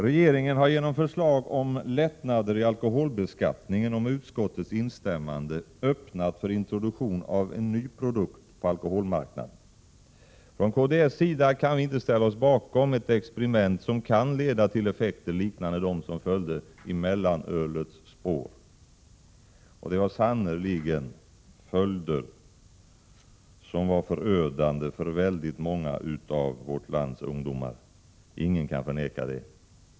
Regeringen har genom förslag om lättnader i alkolholbeskattningen och med utskottets instämmande öppnat för introduktion av en ny produkt på alkoholmarknaden. Från kds sida kan vi inte ställa oss bakom ett experiment som kan leda till effekter liknande dem som följde i mellanölets spår, och det var sannerligen följder som var förödande för väldigt många av vårt lands ungdomar — ingen kan förneka det.